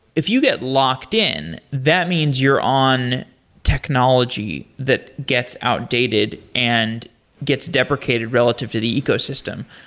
if you get locked in, that means you're on technology that gets outdated and gets deprecated relative to the ecosystem.